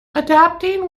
adapting